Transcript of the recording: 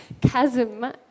chasm